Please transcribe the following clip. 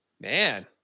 Man